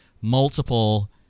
multiple